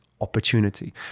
opportunity